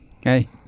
Hey